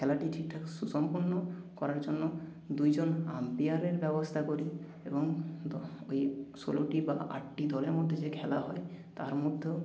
খেলাটি ঠিকঠাক সুসম্পন্ন করার জন্য দুইজন আম্পায়ারের ব্যবস্থা করি এবং ওই ষোলোটি বা আটটি দলের মধ্যে যে খেলা হয় তার মধ্যেও